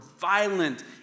violent